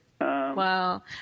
Wow